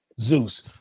Zeus